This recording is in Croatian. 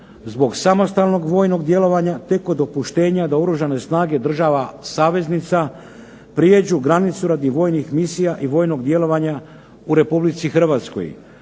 zbog samostalnog vojnog djelovanja te kod dopuštenja da Oružane snage država saveznica pređu granicu radi vojnih misija i vojnog djelovanja u RH.